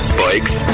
bikes